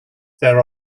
there